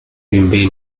bmw